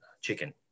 chicken